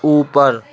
اوپر